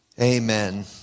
amen